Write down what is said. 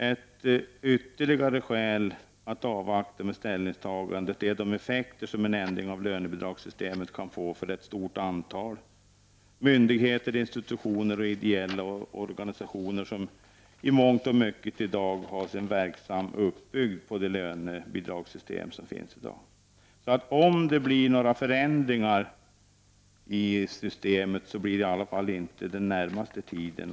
Ett ytterligare skäl att avvakta med ett ställningstagande är de effekter som en ändring av lönebidragssystemet kan få för ett stor antal myndigheter, institutioner och ideella organisationer, som i mångt och mycket har sin verksamhet uppbyggd kring dagens lönebidragssystem. Om det skall bli några förändringar i systemet, blir det i alla fall inte under den närmaste tiden.